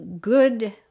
good